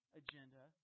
agenda